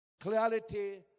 Clarity